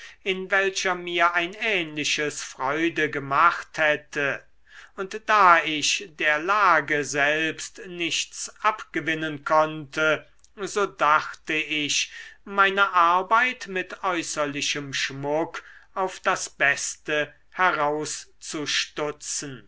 in welcher mir ein ähnliches freude gemacht hätte und da ich der lage selbst nichts abgewinnen konnte so dachte ich meine arbeit mit äußerlichem schmuck auf das beste herauszustutzen